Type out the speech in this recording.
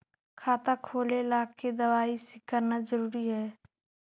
खाता खोले ला के दवाई सी करना जरूरी है?